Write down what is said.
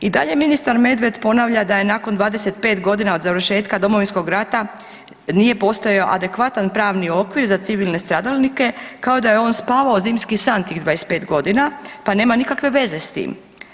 I dalje ministar Medved ponavlja da je nakon 25 godina od završetka Domovinskog rata nije postojao adekvatan pravni okvir za civilne stradalnike kao da je on spavao zimski san tih 25 godina pa nema nikakve veze s tim.